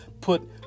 put